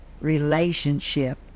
relationship